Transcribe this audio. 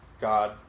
God